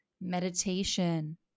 meditation